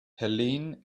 helene